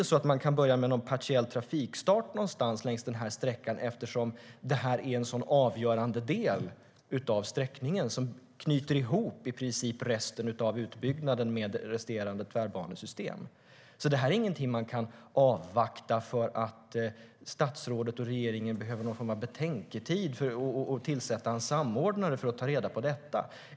Man kan inte börja med någon partiell trafikstart någonstans längs den här sträckan eftersom det här är en sådan avgörande del av sträckningen som i princip knyter ihop resten av utbyggnaden med resterande tvärbanesystem. Det här är alltså ingenting man kan avvakta med för att statsrådet och regeringen behöver ha någon form av betänketid och tillsätta en samordnare för att ta reda på detta.